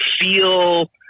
feel